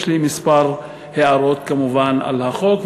יש לי כמה הערות על החוק,